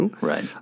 Right